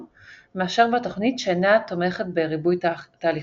מאשר בתוכנית שאינה תומכת בריבוי תהליכונים.